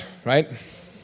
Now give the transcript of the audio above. Right